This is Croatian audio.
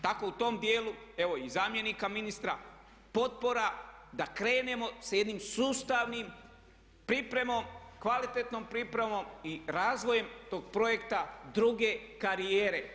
Tako u tom dijelu evo i zamjenika ministra, potpora da krenemo sa jednom sustavnom pripremom, kvalitetnom pripremom i razvojem tog projekta druge karijere.